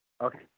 Okay